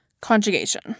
Conjugation